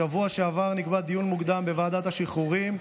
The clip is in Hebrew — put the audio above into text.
בשבוע שעבר נקבע דיון מוקדם בוועדת השחרורים,